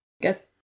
guess